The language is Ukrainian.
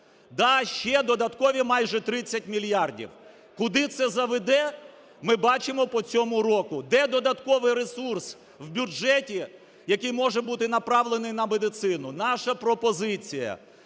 ще додаткові майже 30 мільярдів. Куди це заведе, ми бачимо по цьому року. Де додатковий ресурс в бюджеті, який може бути направлений на медицину? Наша пропозиція: